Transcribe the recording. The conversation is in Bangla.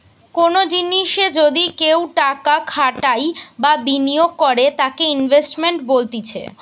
কোনো জিনিসে যদি কেও টাকা খাটাই বা বিনিয়োগ করে তাকে ইনভেস্টমেন্ট বলতিছে